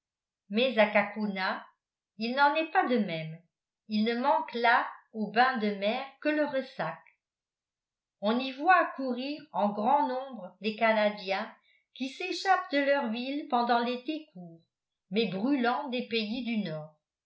mais à cacouna il n'en est pas de même il ne manque là aux bains de mer que le ressac on y voit accourir en grand nombre les canadiens qui s'échappent de leurs villes pendant l'été court mais brûlant des pays du nord